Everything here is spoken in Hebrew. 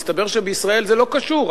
מסתבר שבישראל זה לא קשור.